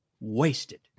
wasted